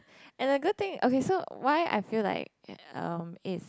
and a good thing okay so why I feel like um is